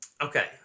Okay